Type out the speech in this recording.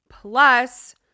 Plus